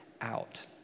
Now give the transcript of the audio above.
out